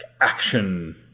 action